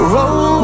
Roll